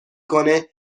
کنه